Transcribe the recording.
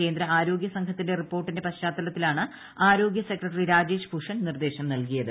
കേന്ദ്ര ആരോഗ്യ സംഘത്തിന്റെ റിപ്പോർട്ടിന്റെ പശ്ചാത്തലത്തിലാണ് ആരോഗൃ സെക്രട്ടറി രാജേഷ് ഭൂഷൺ നിർദ്ദേശം നിൽകീയത്